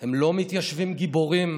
הם לא מתיישבים גיבורים